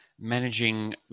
managing